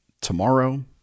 tomorrow